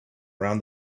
around